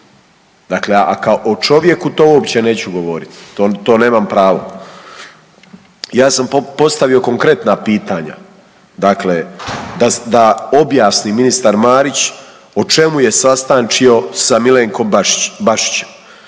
Dakle, kao o čovjeku to uopće neću govoriti, to nemam pravo. Ja sam postavio konkretna pitanja. Dakle, da objasni ministar Marić o čemu je sastančio sa Milenkom Bašićem.